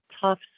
tough